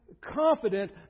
confident